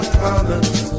promise